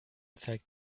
zeigt